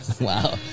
Wow